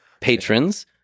patrons